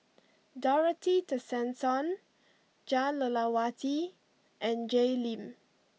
Dorothy Tessensohn Jah Lelawati and Jay Lim